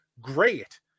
great